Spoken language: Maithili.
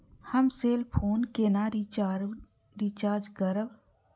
हम सेल फोन केना रिचार्ज करब?